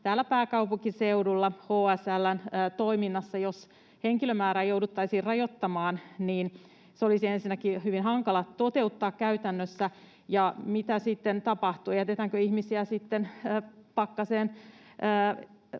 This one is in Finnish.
täällä pääkaupunkiseudulla HSL:n toiminnassa. Jos henkilömäärää jouduttaisiin rajoittamaan, niin se olisi ensinnäkin hyvin hankala toteuttaa käytännössä, ja mitä sitten tapahtuu, jätetäänkö ihmisiä pakkaseen